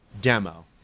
demo